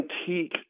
Antique